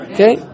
Okay